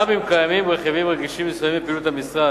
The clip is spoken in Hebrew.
גם אם קיימים רכיבים רגישים מסוימים בפעילות המשרד,